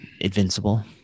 invincible